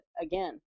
again